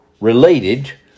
related